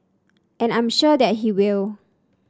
and I'm sure that he will